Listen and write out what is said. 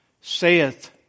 saith